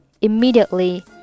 immediately